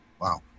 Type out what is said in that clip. wow